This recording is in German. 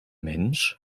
mensch